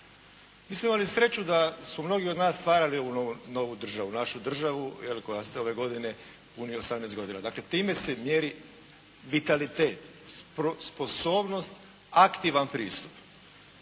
Mi smo imali sreću da su mnogi od nas stvarali ovu novu državu, našu državu koja se ove godine punih 18 godina. Dakle, time se mjeri vitalitet, sposobnost, aktivan pristup.